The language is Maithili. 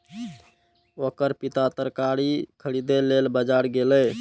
ओकर पिता तरकारी खरीदै लेल बाजार गेलैए